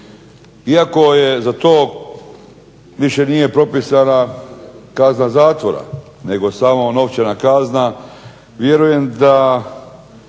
Iako za to više nije propisana kazna zatvora nego samo novčana kazna vjerujem da